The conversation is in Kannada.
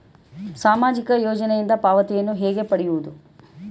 ಸಾಮಾಜಿಕ ಯೋಜನೆಯಿಂದ ಪಾವತಿಯನ್ನು ಹೇಗೆ ಪಡೆಯುವುದು?